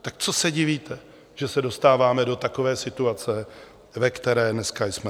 Tak co se divíte, že se dostáváme do takové situace, ve které dneska jsme?